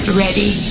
ready